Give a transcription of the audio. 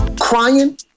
crying